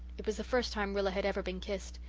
it was the first time rilla had ever been kissed.